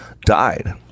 Died